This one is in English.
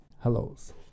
hellos